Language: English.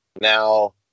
Now